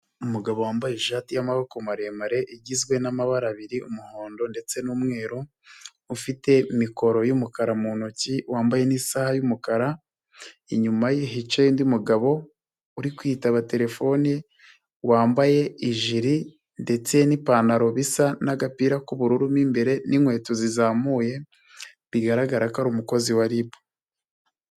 Umugabo wambaye ishati y'amaboko maremare igizwe n'amabara abiri umuhondo ndetse n'umweru ufite mikoro y'umukara mu ntoki wambaye n'isaha y'umukara, inyuma ye hicaye undi mugabo uri kwitaba terefone wambaye ijiri ndetse n'ipantaro bisa n'agapira k'ubururu mo imbere n'inkweto zizamuye bigaragara ko ari umukozi wa RIB.